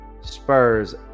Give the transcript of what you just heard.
Spurs